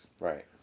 Right